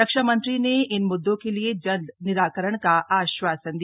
रक्षा मंत्री ने इन मुद्दों के जल्द निराकरण का आश्वासन दिया